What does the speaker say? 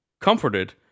comforted